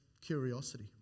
curiosity